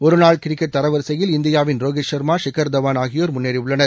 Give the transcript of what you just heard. ஒருநாள் கிரிக்கெட் தரவரிசையில் இந்தியாவின் ரோஹித் ஷர்மா ஷிக்கர் தவான் ஆகியோர் முன்னேறியுள்ளனர்